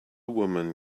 woman